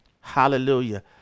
hallelujah